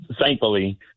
Thankfully